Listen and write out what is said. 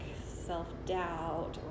self-doubt